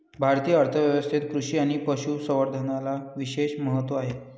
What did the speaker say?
भारतीय अर्थ व्यवस्थेत कृषी आणि पशु संवर्धनाला विशेष महत्त्व आहे